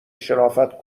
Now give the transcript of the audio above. شرافت